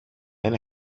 δεν